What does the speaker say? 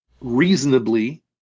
reasonably